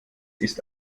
ist